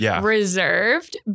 reserved